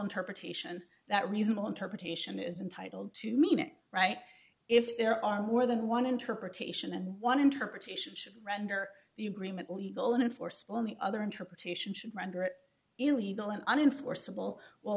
interpretation that reasonable interpretation is entitled to mean it right if there are more than one interpretation and one interpretation should render the agreement legal and enforceable in the other interpretation should render it illegal an unenforceable well